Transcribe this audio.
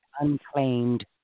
unclaimed